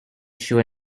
sure